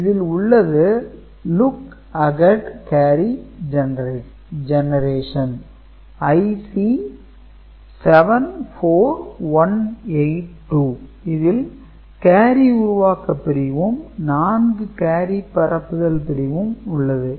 இதில் உள்ளது 'Look ahead carry generation' IC 74182 இதில் கேரி உருவாக்க பிரிவும் நான்கு கேரி பரப்புதல் பிரிவும் உள்ளது